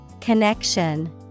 Connection